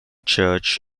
church